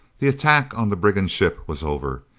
the attack on the brigand ship was over.